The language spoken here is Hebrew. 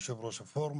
יושב ראש הפורום.